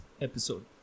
episode